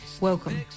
welcome